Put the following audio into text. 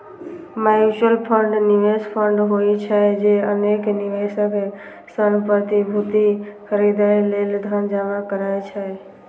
mutual fund निवेश fund होइ छै, जे अनेक निवेशक सं प्रतिभूति खरीदै लेल धन जमा करै छै